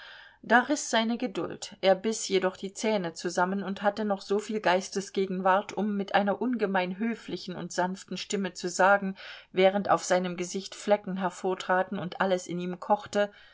da riß seine geduld er biß jedoch die zähne zusammen und hatte noch so viel geistesgegenwart um mit einer ungemein höflichen und sanften stimme zu sagen während auf seinem gesicht flecken hervortraten und alles in ihm kochte